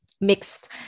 mixed